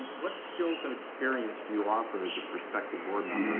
what skills and experience do you offer as a prospective board